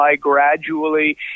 gradually